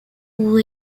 ont